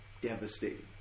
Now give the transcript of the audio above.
devastating